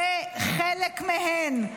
שחלק מהן,